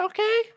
Okay